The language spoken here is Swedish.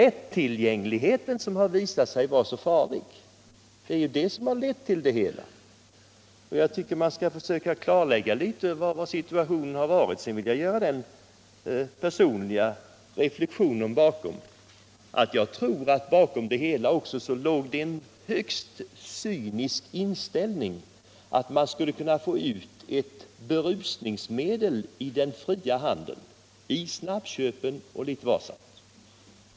Vad som visat sig vara så farligt är lätttillgängligheten — den har förorsakat missförhållandena. Jag tycker att man skall försöka att klarlägga hurudan situationen varit. Sedan vill jag göra den personliga reflexionen att bakom det hela låg, tror jag, en högst cynisk inställning att man skulle kunna få ut ett berusningsmedel i den fria handeln — i snabbköpen och litet varstans.